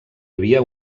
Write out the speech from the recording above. havia